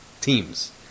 teams